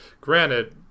Granted